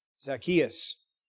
Zacchaeus